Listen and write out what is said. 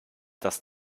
dass